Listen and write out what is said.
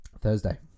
Thursday